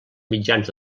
mitjans